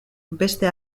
beste